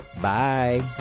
bye